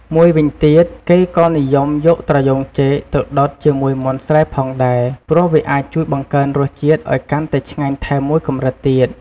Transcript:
មួយវិញទៀត គេក៏និយមយកត្រយូងចេកទៅដុតជាមួយមាន់ស្រែផងដែរ ព្រោះវាអាចជួយបង្កើនរសជាតិឱ្យកាន់តែឆ្ងាញ់ថែមមួយកម្រិតទៀត។